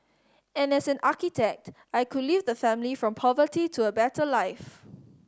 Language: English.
and as an architect I could leave the family from poverty to a better life